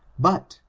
but,